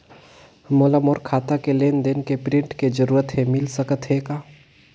मोला मोर खाता के लेन देन के प्रिंट के जरूरत हे मिल सकत हे का?